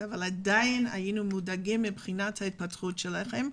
אבל עדיין היינו מודאגים מבחינת ההתפתחות שלהם,